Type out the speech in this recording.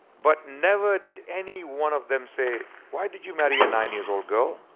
but never did anyone of them say why did you marry a nine years old girl